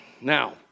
Now